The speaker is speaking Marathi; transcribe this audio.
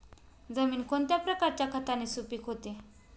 जमीन कोणत्या प्रकारच्या खताने सुपिक होते?